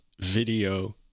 video